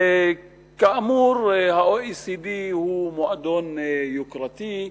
כאמור, ה-OECD הוא מועדון יוקרתי,